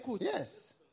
Yes